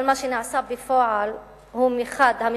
אבל מה שנעשה בפועל הוא שמחד גיסא,